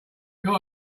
got